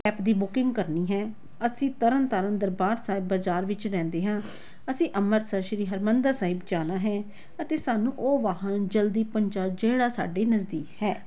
cab ਦੀ booking ਕਰਨੀ ਹੈ ਅਸੀਂ ਤਰਨ ਤਾਰਨ ਦਰਬਾਰ ਸਾਹਿਬ ਬਾਜ਼ਾਰ ਵਿੱਚ ਰਹਿੰਦੇ ਹਾਂ ਅਸੀਂ ਅੰਮ੍ਰਿਤਸਰ ਸ਼੍ਰੀ ਹਰਿਮੰਦਰ ਸਾਹਿਬ ਜਾਣਾ ਹੈ ਅਤੇ ਸਾਨੂੰ ਉਹ ਵਾਹਨ ਜਲਦੀ ਪਹੁੰਚਾ ਜਿਹੜਾ ਸਾਡੇ ਨਜ਼ਦੀਕ ਹੈ